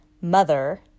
mother